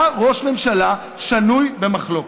אתה ראש ממשלה שנוי במחלוקת.